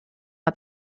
hat